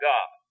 God